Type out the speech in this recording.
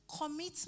commitment